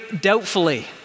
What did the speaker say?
doubtfully